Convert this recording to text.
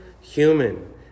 human